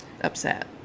upset